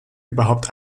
überhaupt